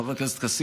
חבר הכנסת כסיף,